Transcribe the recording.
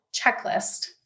checklist